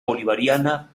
bolivariana